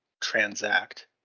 transact